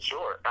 Sure